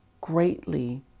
greatly